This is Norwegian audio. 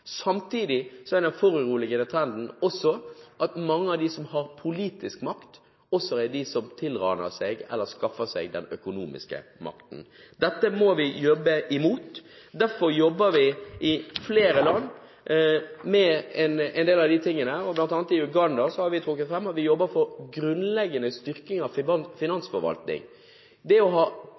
Samtidig er den foruroligende trenden at mange av dem som har politisk makt, også er de som tilraner seg, eller skaffer seg, den økonomiske makten. Dette må vi jobbe imot. Derfor jobber vi med en del av disse tingene i flere land, bl.a. har vi i Uganda trukket dette fram, og vi jobber for en grunnleggende styrking av finansforvaltningen. Det å ha riksrevisjoner på plass, det å ha